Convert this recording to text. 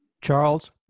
Charles